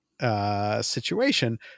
situation